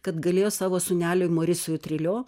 kad galėjo savo sūneliui morisui trilio